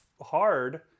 hard